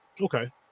Okay